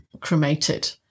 cremated